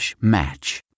match